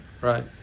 right